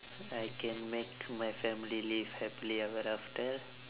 I can make my family live happily ever after